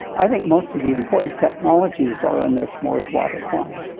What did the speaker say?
i think most of the important technologies are in this moore's law decline.